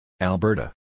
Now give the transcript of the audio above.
Alberta